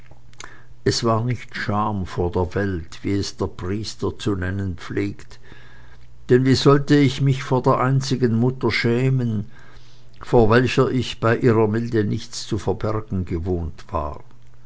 es war nicht scham vor der welt wie es der priester zu nennen pflegt denn wie sollte ich mich vor der einzigen mutter schämen vor welcher ich bei ihrer milde nichts zu verbergen gewohnt war